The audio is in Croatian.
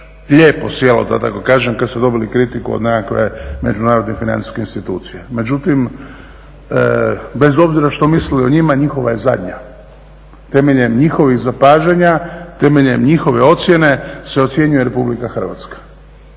lijepo sjelo, da tako kažem, kad ste dobili kritiku od nekakve međunarodne financijske institucije. Međutim, bez obzira što mislili o njima, njihova je zadnja. Temeljem njihovih zapažanja, temeljem njihove ocjene se ocjenjuje RH. I zato